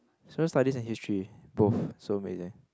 Social Studies and history both so amazing